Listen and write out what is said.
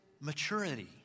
maturity